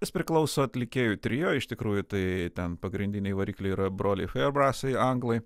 jis priklauso atlikėjų trio iš tikrųjų tai ten pagrindiniai varikliai yra broliai ferbrasai anglai